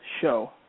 show